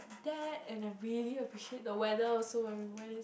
that and I really appreciate the weather also when we went